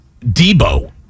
Debo